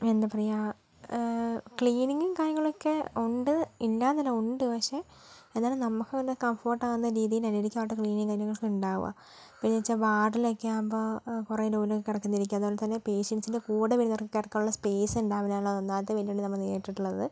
എന്താ പറയുക ക്ലീനിങ്ങും കാര്യങ്ങളൊക്കെ ഉണ്ട് ഇല്ലയെന്നല്ല ഉണ്ട് പക്ഷെ എന്നാലും നമുക്ക് നല്ല കംഫോർട്ട് ആകുന്ന രീതിയിലല്ല ശരിക്കും അവരുടെ ക്ലീനിങ്ങും കാര്യങ്ങളൊക്കെ ഉണ്ടാകുക പിന്നെന്താച്ചാൽ വാർഡിലൊക്കെ ആകുമ്പോൾ കുറേ രീതി അതുപോലെ തന്നെ പേഷ്യൻസിൻ്റെ കൂടെ വരുന്നവർക്ക് കിടക്കാനുള്ള സ്പേയ്സ് ഉണ്ടാകില്ല എന്നുള്ളത് ഒന്നാമത്തെ വെല്ലുവിളി നമ്മൾ നേരിട്ടിട്ടുള്ളത്